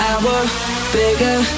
Bigger